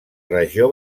regió